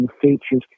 features